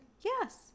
Yes